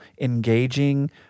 engaging